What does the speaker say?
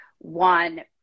One